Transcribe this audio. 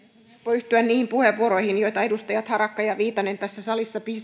yhtyä niihin puheenvuoroihin joita edustajat harakka ja viitanen tässä salissa